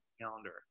calendar